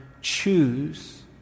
choose